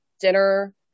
dinner